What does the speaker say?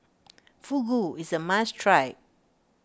Fugu is a must try